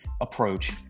approach